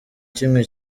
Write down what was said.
kimwe